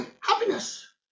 happiness